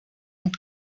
над